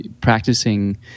practicing